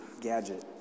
gadget